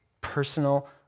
personal